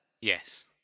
Yes